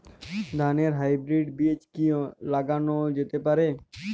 ধানের হাইব্রীড বীজ কি লাগানো যেতে পারে?